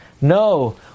No